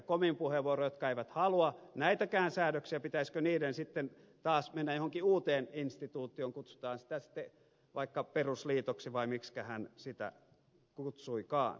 komin puheenvuoroon jotka eivät halua näitäkään säädöksiä taas mennä johonkin uuteen instituutioon kutsutaan sitä vaikka perusliitoksi vai miksikä hän sitä kutsuikaan